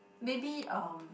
maybe um